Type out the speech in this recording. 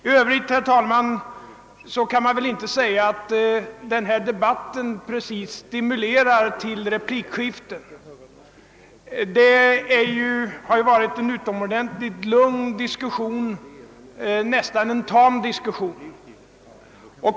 I övrigt, herr talman, kan man inte säga att denna debatt precis stimulerar till replikskiften. Diskussionen i kammaren har varit lugn, nästan tam.